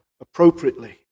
appropriately